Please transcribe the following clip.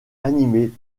animés